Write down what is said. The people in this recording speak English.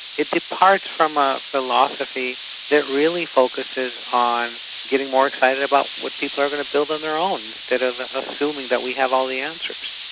it departs from a philosophy that really focuses on getting more excited about what people are going to build on their own, instead of assuming that we have all the answers.